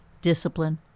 discipline